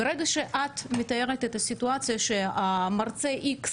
כי ברגע שאת מתארת את הסיטואציה שמרצה יכול